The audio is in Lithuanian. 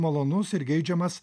malonus ir geidžiamas